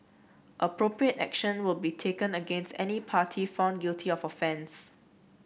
appropriate action will be taken against any party found guilty of offence